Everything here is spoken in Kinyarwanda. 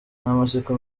n’amatsiko